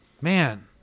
man